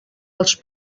els